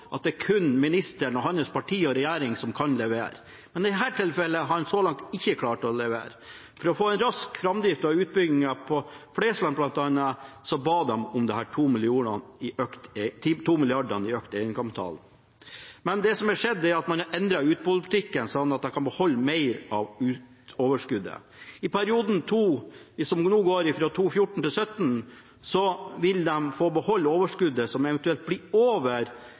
gang: Det er kun ministeren, hans parti og hans regjering som kan levere. I dette tilfellet har han så langt ikke klart å levere. For å få en rask framdrift av utbyggingen på Flesland, bl.a., ba de om 2 mrd. kr i økt egenkapital. Men det som har skjedd, er at man har endret utbyttepolitikken slik at de kan beholde mer av overskuddet. I perioden fra 2014– 2017 vil de få beholde overskuddet som eventuelt blir over